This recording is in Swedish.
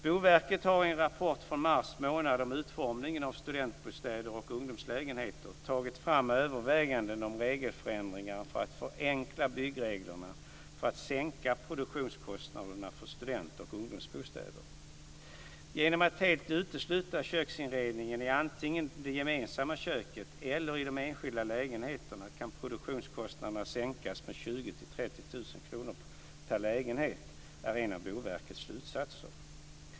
Boverket har i en rapport från mars månad om utformningen av studentbostäder och ungdomslägenheter tagit fram överväganden om regeländringar för att förenkla byggreglerna och för att sänka produktionskostnaderna för student och ungdomsbostäder. Genom att helt utesluta köksinredningen i antingen det gemensamma köket eller i de enskilda lägenheterna kan produktionskostnaden sänkas med 20 000 30 000 kr per lägenhet, är en av Boverkets slutsatser.